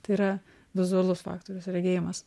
tai yra vizualus faktorius regėjimas